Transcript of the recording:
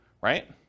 right